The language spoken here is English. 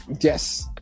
Yes